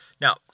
Now